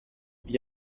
wie